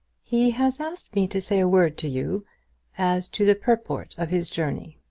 he has asked me to say a word to you as to the purport of his journey.